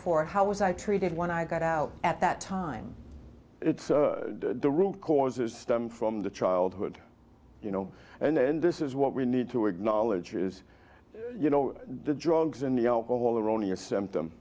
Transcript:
for how was i treated when i got out at that time it's the root causes stem from the childhood you know and then this is what we need to acknowledge is you know the drugs and the alcohol the erroneous symptom